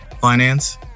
finance